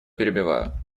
перебиваю